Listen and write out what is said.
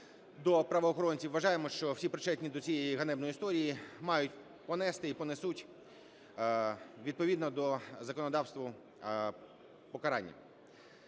до правоохоронців, вважаємо, що всі причетні до цієї ганебної історії мають понести і понесуть відповідно до законодавства покарання.